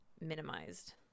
minimized